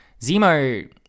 Zemo